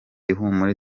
ihumure